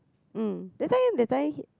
mm that's why that's why